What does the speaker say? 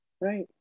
right